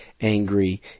angry